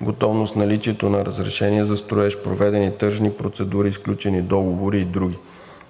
готовност, наличието на разрешение за строеж, проведени тръжни процедури, сключени договори и други.